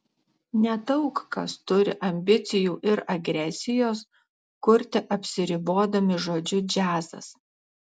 nedaug kas turi ambicijų ir agresijos kurti apsiribodami žodžiu džiazas